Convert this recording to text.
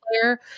player